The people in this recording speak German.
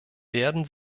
werden